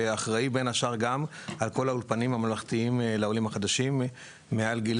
ואחראי בין השאר גם על כל האולפנים הממלכתיים לעולים החדשים מעל גיל